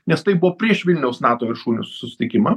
nes tai buvo prieš vilniaus nato viršūnių susitikimą